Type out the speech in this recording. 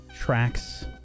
tracks